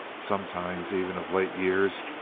sometimes even of late years,